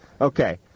Okay